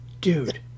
dude